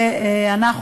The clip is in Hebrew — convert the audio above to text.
אנחנו